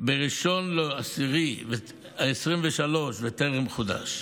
ב-1 באוקטובר 2023 וטרם חודש.